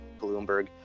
Bloomberg